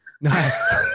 Nice